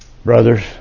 Brothers